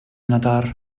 natar